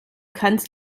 kannst